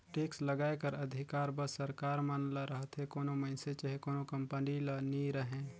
tax लगाए कर अधिकार बस सरकार मन ल रहथे कोनो मइनसे चहे कोनो कंपनी ल नी रहें